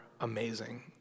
amazing